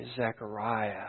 Zechariah